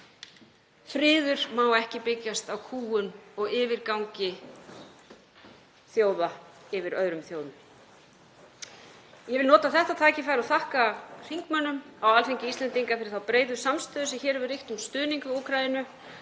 Friður má ekki byggjast á kúgun og yfirgangi þjóða yfir öðrum þjóðum. Ég vil nota þetta tækifæri og þakka þingmönnum á Alþingi Íslendinga fyrir þá breiðu samstöðu sem hér hefur ríkt um stuðning við